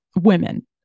women